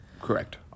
Correct